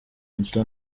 muto